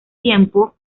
tiempo